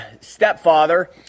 stepfather